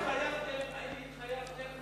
האם התחייבתם,